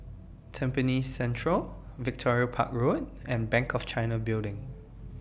Tampines Central Victoria Park Road and Bank of China Building